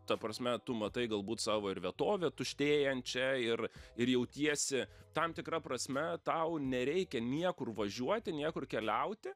ta prasme tu matai galbūt savo ir vietovę tuštėjančią ir ir jautiesi tam tikra prasme tau nereikia niekur važiuoti niekur keliauti